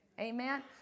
Amen